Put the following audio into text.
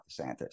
DeSantis